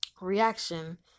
reaction